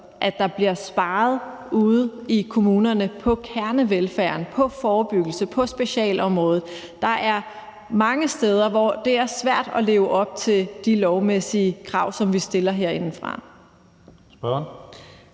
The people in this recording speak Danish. bliver sparet på kernevelfærden, på forebyggelsen, på specialområdet. Der er mange steder, hvor det er svært at leve op til de lovmæssige krav, som vi stiller herindefra.